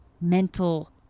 mental